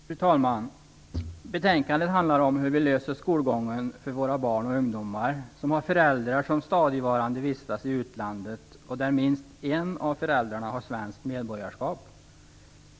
Fru talman! Betänkandet handlar om hur vi löser skolgången för våra barn och ungdomar som har föräldrar, varav minst en har svenskt medborgarskap, som stadigvarande vistas i utlandet.